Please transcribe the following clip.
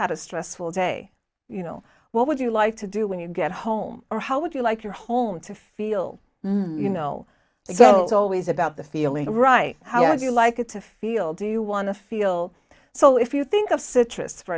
had a stressful day you know what would you like to do when you get home or how would you like your home to feel you know so it's always about the feeling of right how would you like it to feel do you want to feel so if you think of citrus for